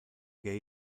que